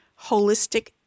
holistic